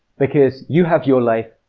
because you have your life,